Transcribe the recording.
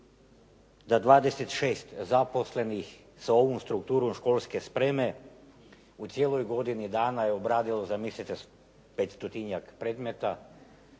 da 26 zaposlenih s ovom strukturom školske spreme u cijeloj godini dana je obradilo zamislite 500-tinjak predmeta,